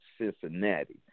Cincinnati